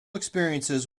experiences